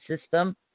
system